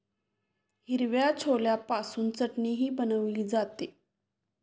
हिरव्या छोल्यापासून चटणीही बनवली जाते